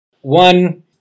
One